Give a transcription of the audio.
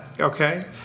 okay